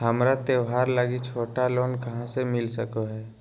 हमरा त्योहार लागि छोटा लोन कहाँ से मिल सको हइ?